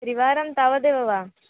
त्रिवारं तावदेव वा